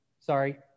Sorry